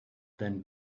then